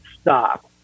stop